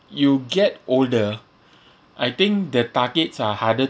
you get older I think the targets are harder